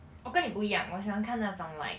我跟你不一样我喜欢看那种 like